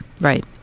right